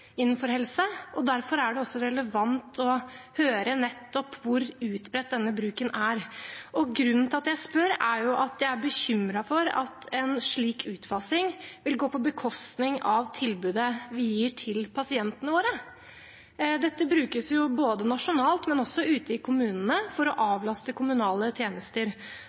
innenfor helse, og derfor er det også relevant å høre nettopp hvor utbredt denne bruken er. Grunnen til at jeg spør, er at jeg er bekymret for at en slik utfasing vil gå på bekostning av tilbudet vi gir til pasientene våre. Dette brukes både nasjonalt og ute i kommunene for å avlaste kommunale tjenester,